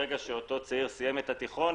ברגע שאותו צעיר סיים את התיכון,